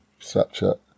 Snapchat